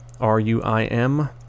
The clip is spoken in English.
R-U-I-M